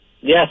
Yes